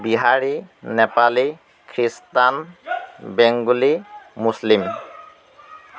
Bihari Nepali Christian Bengali Muslim